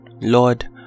lord